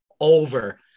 over